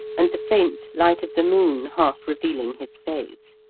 and the faint light of the moon half-revealing his face.